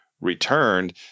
returned